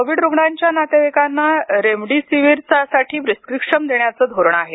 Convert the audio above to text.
Covid रुग्णांच्या नातेवाईकांना रेमिडिसीवीरसाठी प्रिस्क्रिप्शन देण्याचे धोरण आहे